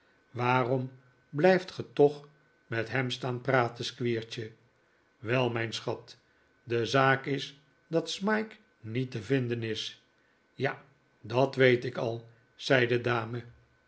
waarom blijft ge toch met hem staan praten squeertje wel mijn schat de zaak is dat smike niet te vinden is ja dat weet ik al zei de dame